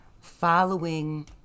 following